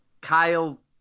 kyle